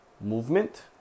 movement